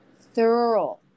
thorough